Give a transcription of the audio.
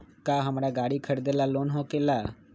का हमरा गारी खरीदेला लोन होकेला?